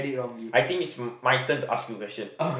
I think it's m~ my turn to ask you question